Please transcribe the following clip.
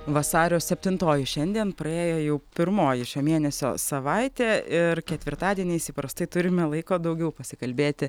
vasario septintoji šiandien praėjo jau pirmoji šio mėnesio savaitė ir ketvirtadieniais įprastai turime laiko daugiau pasikalbėti